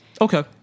Okay